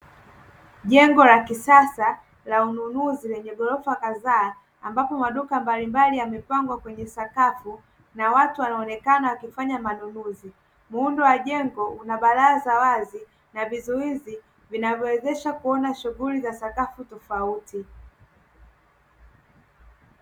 Jengo la kisasa la ununuzi lenye ghorofa kadhaa ambapo maduka mbalimbali yamepangwa kwenye sakafu na watu wanaonekana wakifanya manunuzi, muundo wa jengo una baraza wazi na vizuizi vinavyowezesha kuona shughuli za sakafu tofauti.